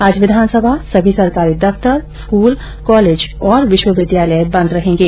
आज विधानसभा सभी सरकारी दफ्तर स्कूल कॉलेज और विश्वविद्यालय बंद रहेंगे